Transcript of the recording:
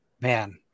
Man